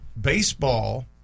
baseball